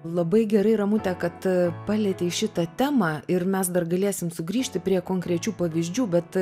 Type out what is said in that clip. labai gerai ramute kad palietei šitą temą ir mes dar galėsim sugrįžti prie konkrečių pavyzdžių bet